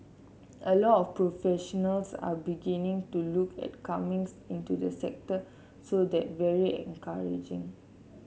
a lot professionals are beginning to look at comings into the sector so that very encouraging